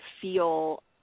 feel